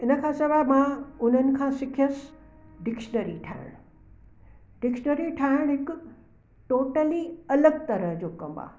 हिन खां सवाइ मां उन्हनि खां सिखियसि डिक्शनरी ठाहिण डिक्शनरी ठाहिण हिकु टोटली अलॻि तरह जो कमु आहे